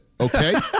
okay